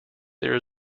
there